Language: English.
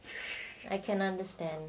I can understand